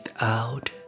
out